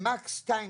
'מקס שטיינברג,